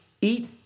eat